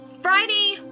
Friday